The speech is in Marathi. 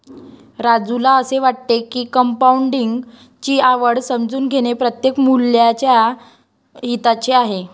राजूला असे वाटते की कंपाऊंडिंग ची आवड समजून घेणे प्रत्येक मुलाच्या हिताचे आहे